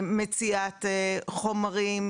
מציאת חומרים,